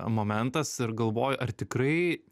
momentas ir galvoju ar tikrai